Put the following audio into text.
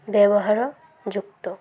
ବ୍ୟବହାର ଯୁକ୍ତ